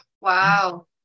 Wow